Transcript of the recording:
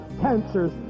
Cancers